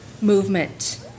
movement